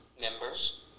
members